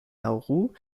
nauru